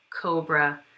cobra